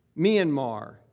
Myanmar